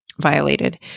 violated